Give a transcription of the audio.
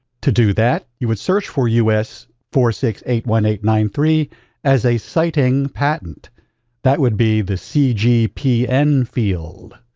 to do that, you would search for us four six eight one eight nine three as a citing patent that would be the cgpn field.